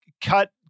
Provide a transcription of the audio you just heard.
cut